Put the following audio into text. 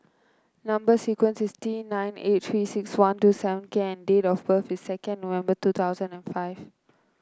number sequence is T nine eight Three six one two seven K and date of birth is second November two thousand and five